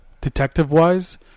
detective-wise